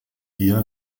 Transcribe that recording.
via